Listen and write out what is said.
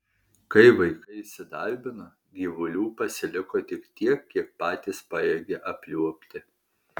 kai vaikai įsidarbino gyvulių pasiliko tik tiek kiek patys pajėgia apliuobti